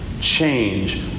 change